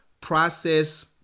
Process